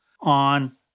on